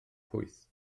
pwyth